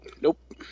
Nope